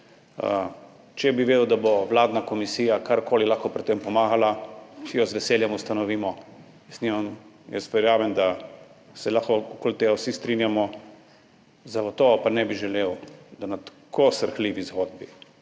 Če bi vedel, da bo vladna komisija karkoli lahko pri tem pomagala, si jo z veseljem ustanovimo. Jaz verjamem, da se lahko okoli tega vsi strinjamo. Zagotovo pa ne bi želel, da na tako srhljivi zgodbi